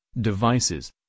devices